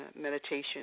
meditation